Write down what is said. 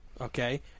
Okay